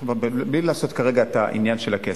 בלי לעשות כרגע את העניין של הכסף.